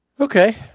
Okay